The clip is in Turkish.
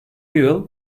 yıl